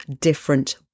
different